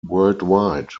worldwide